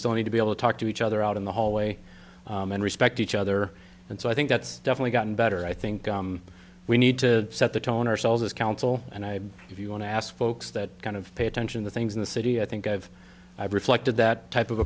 still need to be able to talk to each other out in the hallway and respect each other and so i think that's definitely gotten better i think we need to set the tone ourselves as counsel and i if you want to ask folks that kind of pay attention to things in the city i think i've i've reflected that type of